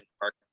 park